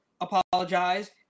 apologize